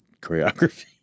choreography